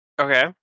Okay